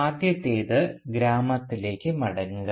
ആദ്യത്തേത് ഗ്രാമത്തിലേക്ക് മടങ്ങുക